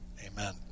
Amen